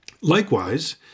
Likewise